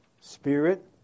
spirit